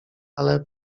ala